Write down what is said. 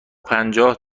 پنجاه